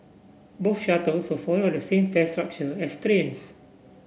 both shuttles will follow the same fare structure as trains